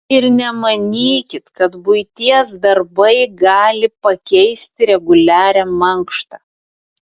ir nemanykit kad buities darbai gali pakeisti reguliarią mankštą